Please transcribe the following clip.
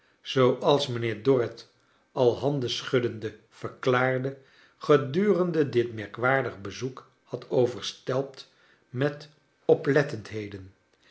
zooals mijnheer dorrit al handen schuddende verklaarde gedurende dit merkwaardig bezoek had overstelpt met oplettendheden